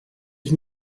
ich